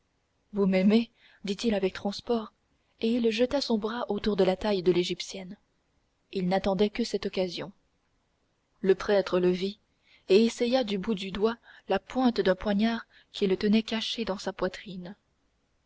vous m'aimez dit-il avec transport et il jeta son bras autour de la taille de l'égyptienne il n'attendait que cette occasion le prêtre le vit et essaya du bout du doigt la pointe d'un poignard qu'il tenait caché dans sa poitrine